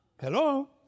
Hello